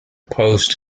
post